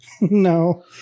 no